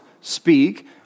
speak